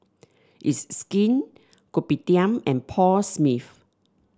It's Skin Kopitiam and Paul Smith